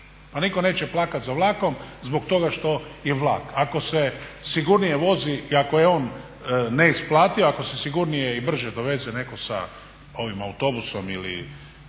Pa nitko neće plakati za vlakom zbog toga što je vlak, ako se sigurnije vozi i ako je on ne isplatio ako se sigurnije i brže neko doveze netko sa ovim autobusom ili